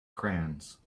crayons